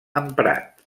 emprat